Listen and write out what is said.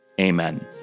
Amen